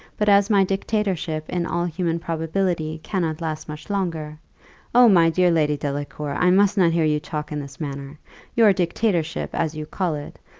but as my dictatorship in all human probability cannot last much longer oh, my dear lady delacour! i must not hear you talk in this manner your dictatorship, as you call it,